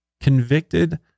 convicted